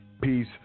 peace